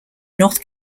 north